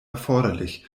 erforderlich